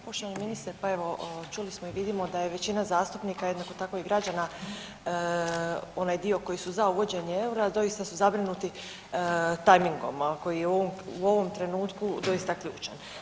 Poštovani ministre pa evo čuli smo i vidimo da je većina zastupnika, jednako tako i građana onaj dio koji su za uvođenje EUR-a doista su zabrinuti tajmingom koji je u ovom trenutku doista ključan.